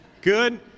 Good